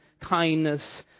kindness